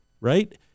right